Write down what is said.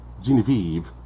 Genevieve